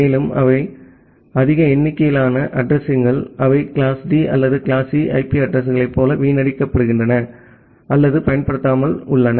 மேலும் அதிக எண்ணிக்கையிலான அட்ரஸிங்கள் அவை கிளாஸ்டி அல்லது கிளாஸ்ஈ ஐபி அட்ரஸிங் களைப் போல வீணடிக்கப்படுகின்றன அல்லது பயன்படுத்தப்படாமல் உள்ளன